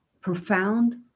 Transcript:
profound